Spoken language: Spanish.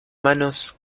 manos